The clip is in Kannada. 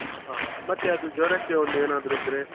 ಆ ಆಂ ಮತ್ತೆ ಅದು ಜ್ವರಕ್ಕೆ ಒಂದು ಏನಾದರೂ ಇದ್ದರೆ